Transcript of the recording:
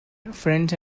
friends